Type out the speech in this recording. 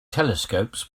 telescopes